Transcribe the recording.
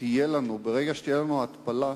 שתהיה לנו ברגע שתהיה לנו התפלה,